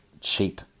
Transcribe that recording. cheap